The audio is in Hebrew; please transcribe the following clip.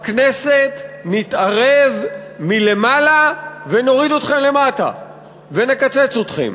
הכנסת, נתערב מלמעלה ונוריד אתכם למטה ונקצץ אתכם.